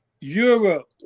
Europe